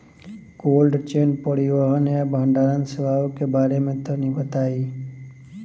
Cold chain परिवहन या भंडारण सेवाओं के बारे में तनी बताई?